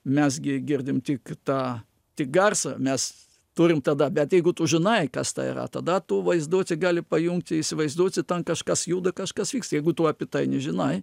mes gi girdim tik tą tik garsą mes turim tada bet jeigu tu žinai kas tai yra tada tu vaizduotė gali pajungti įsivaizduoti ten kažkas juda kažkas vyks jeigu tu apie tai nežinai